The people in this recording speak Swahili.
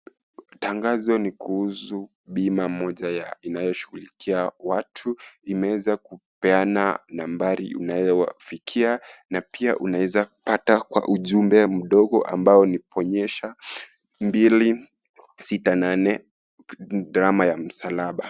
Tangazo ni kuhusu bima moja inayoshughulikia watu imeeza kupeana nambari unayowafikia na pia unaeza pata kwa ujumbe mdogo ambao uliponyesha mbili, sita, nane alama ya msalaba.